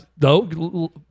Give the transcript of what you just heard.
No